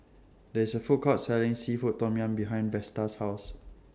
There IS A Food Court Selling Seafood Tom Yum behind Vesta's House